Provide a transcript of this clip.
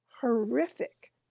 horrific